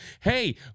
hey